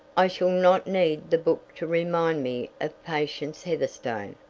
i shall not need the book to remind me of patience heatherstone,